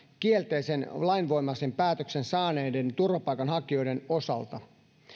kielteisen lainvoimaisen päätöksen saaneiden turvapaikanhakijoiden osalta